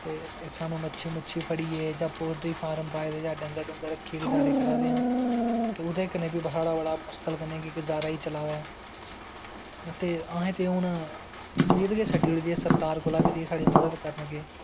ते सानूं मच्छी मुच्छी फड़ियै जां पोल्ट्री फार्म पाए दे जां डंगर डुंगर रक्खियै गज़ारा करा दे आं ते ओह्दे कन्नै बी साढ़ा बड़ा मुश्कल कन्नै गज़ारा ई चला दा ऐ ते असें ते हून उम्मीद गै छड्डी ओड़ी दी ऐ सरकार कोला दा कि एह् साढ़ी मदद करन गे